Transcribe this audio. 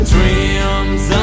Dreams